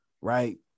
right